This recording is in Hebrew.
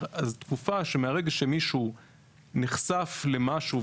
התקופה שמהרגע שמישהו נחשף למשהו,